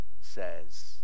says